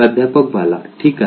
प्राध्यापक बाला ठीक आहे